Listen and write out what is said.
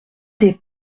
des